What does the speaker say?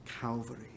Calvary